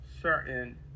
certain